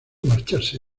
marcharse